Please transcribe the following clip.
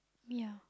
ya